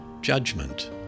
Judgment